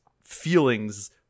feelings